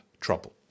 trouble